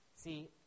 See